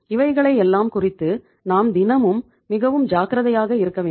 இவைகளையெல்லாம் குறித்து நாம் தினமும் மிகவும் ஜாக்கிரதையாக இருக்கவேண்டும்